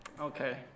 Okay